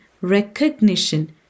recognition